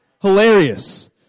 Hilarious